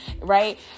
Right